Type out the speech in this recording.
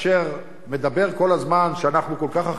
שמדבר כל הזמן שאנחנו כל כך אחראיים פיסקלית,